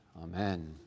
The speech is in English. Amen